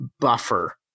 buffer